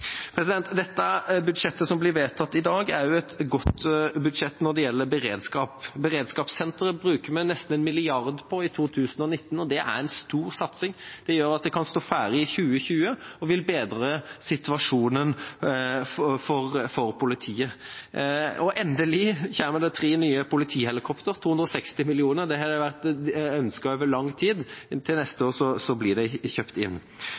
Dette budsjettet som blir vedtatt i dag, er også et godt budsjett når det gjelder beredskap. Beredskapssenteret bruker vi nesten 1 mrd. kr på i 2019, og det er en stor satsing. Det gjør at det kan stå ferdig i 2020, og det vil bedre situasjonen for politiet. Og endelig kommer det tre nye politihelikoptre – 260 mill. kr. Det har vært ønsket over lang tid – neste år blir de kjøpt inn.